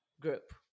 group